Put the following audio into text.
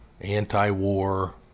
anti-war